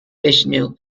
vishnu